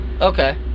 Okay